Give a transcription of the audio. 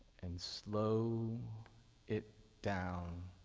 and slow it down